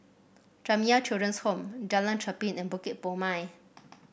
Jamiyah Children's Home Jalan Cherpen and Bukit Purmei